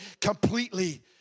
completely